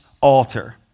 Altar